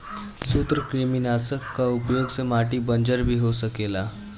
सूत्रकृमिनाशक कअ उपयोग से माटी बंजर भी हो सकेला